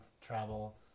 travel